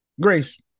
Grace